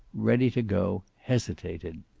ready to go, hesitated.